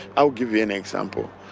i'll give you an example.